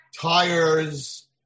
tires